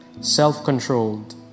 self-controlled